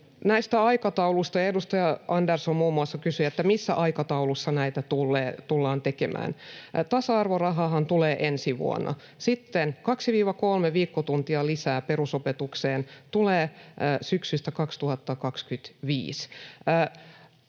näistä aikatauluista. Muun muassa edustaja Andersson kysyi, missä aikataulussa näitä tullaan tekemään. Tasa-arvorahahan tulee ensi vuonna. Sitten 2—3 viikkotuntia lisää perusopetukseen tulee syksystä 2025.